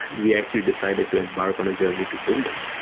we actually decided to embark on a journey to build it,